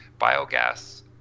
biogas